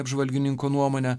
apžvalgininko nuomone